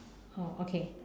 oh okay